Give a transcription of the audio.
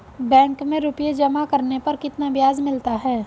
Bank में रुपये जमा करने पर कितना ब्याज मिलता है?